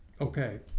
okay